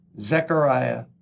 Zechariah